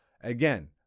Again